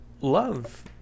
love